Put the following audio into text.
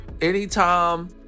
anytime